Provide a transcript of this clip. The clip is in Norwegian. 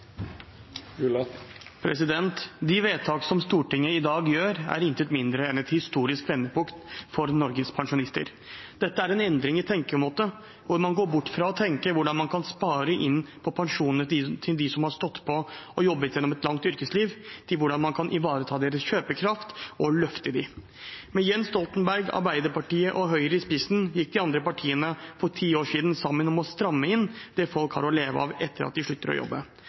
De vedtak som Stortinget i dag fatter, er intet mindre enn et historisk vendepunkt for Norges pensjonister. Dette er en endring i tenkemåte, hvor man går bort fra å tenke hvordan man kan spare inn på pensjonene til dem som har stått på og jobbet gjennom et langt yrkesliv, til hvordan man kan ivareta deres kjøpekraft og løfte dem. Med Jens Stoltenberg, Arbeiderpartiet og Høyre i spissen gikk de andre partiene for ti år siden sammen om å stramme inn på det folk har å leve av etter at de slutter å jobbe.